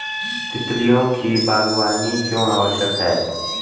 तितलियों की बागवानी क्यों आवश्यक है?